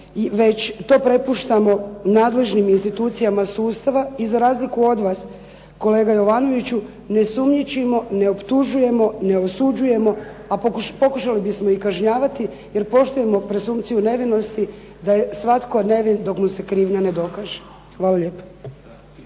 nego to prepuštamo nadležnim institucijama sustava i za razliku od vas kolega Jovanoviću, ne sumnjičimo, ne optužujemo, ne osuđujemo, a pokušali bismo i kažnjavati jer poštujemo presumpciju nevinosti da je svatko nevin dok mu se krivnja ne dokaže. Hvala lijepo.